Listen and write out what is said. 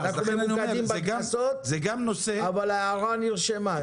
אנחנו ממוקדים בקנסות, אבל ההערה נרשמה.